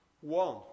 One